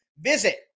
visit